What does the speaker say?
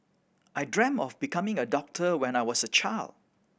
I dreamt of becoming a doctor when I was a child